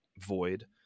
void